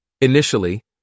Initially